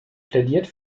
plädiert